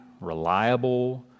reliable